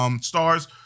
stars